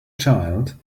child